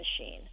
machine